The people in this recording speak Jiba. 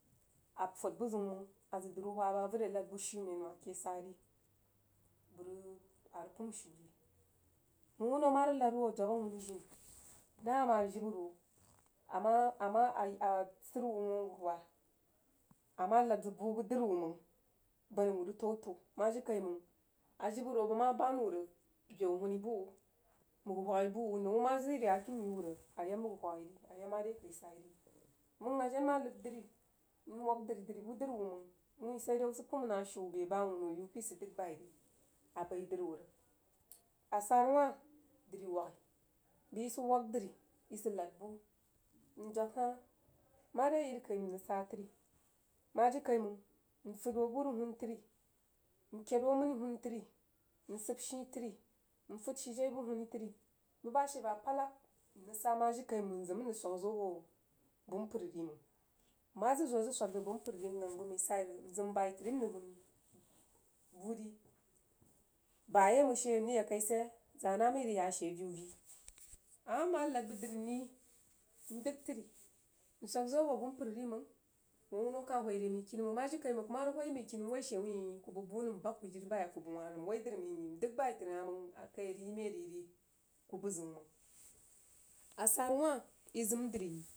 A pod buh ziu mang a zəg dir wuh whah rig averi a lad buh shumen wah keh sah ri bəg rig a rig pəim shiu re wuno mah rig lad wuh a dwab awunu tini dama a jibə ro amah amah amah ayi sidruh wuh wuh awuruwah ama lad zəg buh bəg dri wuh mang bani wuh rig təiu təiu mah jirikai mang a jibə ro bəg mah ban wuh rig bəu huuni buh wuh mghah whagh buh wuh nəu wuh mah zəg yiri yakim yiwuh rig ayg whaghi ri ayak marekui sai ri mang a jen ma ləd dri veri nwak dri buh dri euh mang wui sai dai wuh sid pəima nah shiu beh bah wuno ri wuh pəi sid dəg bai ri abai dri wuh rig a sara wah dri whaghi bəi yi sid whag dri yi sid lad buh mdog hah marekai mrig saa tri mah jirikai mang nfəd mhoo buh rig huun təri mkəid hoo aməni rig huun tri nsəib shii tri nfəd shigai buh huuni trī nsgib ghii tri nfəd shijai buh huuni trī bubah sha aba padlag mrig sah mah jirikai mang nzəm mrig swag zwoh abo bəg npər ri mang nmah zəg zwoh zəg swag a bəg pər ri nghang buhh mai sai rig nzəm bu tri mrig huun buh rí bayai mand she mrig ya kaí shi? Za na mai rig yak she aviu vii ama nmah lad bəg dri maí ri ndəg tri nswag zuoh abo bəg npər ri mang wuh a wuno kah whoi zəg mag kiin mang jirikai mang kuh mah rig whoi mai kin mah jirikai mang kuh mah rig woi she wun kuh bəg buh nəm nbag kuh jiri bai a kuh bəg wah nəm nwhoi drí mai nyi mdəg bii trí hah akai kuh rig yi maí re reh? Kuh buzəu mang a sara wah yi zəm dri yi